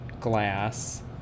glass